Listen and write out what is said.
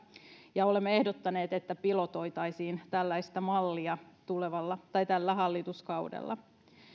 olemme ehdottaneet että pilotoitaisiin tällaista mallia tällä hallituskaudella